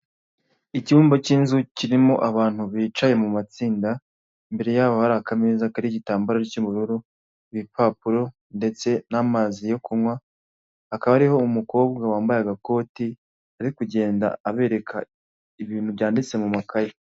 Icyumba cy'inzu kirimo abantu bicaye mu matsinda, imbere yabo hari akameza kariho igitambaro cy'ubururu, ibipapuro ndetse n'amazi yo kunywa, hakaba ariho umukobwa wambaye agakoti, ari kugenda abereka ibintu byanditse mu makaye.